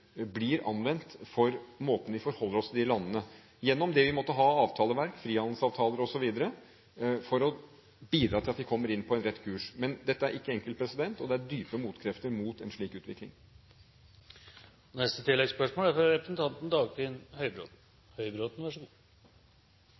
blir anvendt for måten vi forholder oss til de landene på, gjennom det vi måtte ha av avtaleverk, frihandelsavtaler osv., for å bidra til at de kommer inn på en rett kurs. Men dette er ikke enkelt, og det er dype motkrefter mot en slik utvikling.